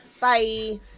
Bye